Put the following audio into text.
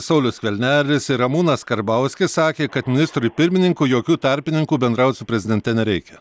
saulius skvernelis ir ramūnas karbauskis sakė kad ministrui pirmininkui jokių tarpininkų bendraut su prezidente nereikia